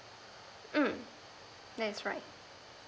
mm that's right